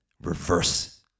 reverse